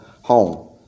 home